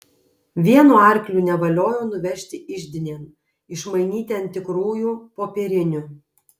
vienu arkliu nevaliojo nuvežti iždinėn išmainyti ant tikrųjų popierinių